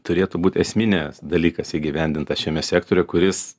turėtų būti esminis dalykas įgyvendintas šiame sektoriuje kuris